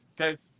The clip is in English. okay